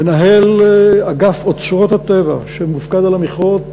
מנהל אגף אוצרות הטבע שמופקד על המכרות